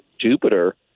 Jupiter